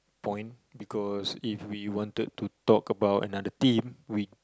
point because if we wanted to talk about another team we